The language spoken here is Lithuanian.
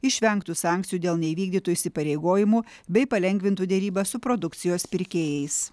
išvengtų sankcijų dėl neįvykdytų įsipareigojimų bei palengvintų derybas su produkcijos pirkėjais